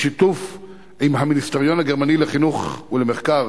בשיתוף עם המיניסטריון הגרמני לחינוך ולמחקר,